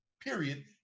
period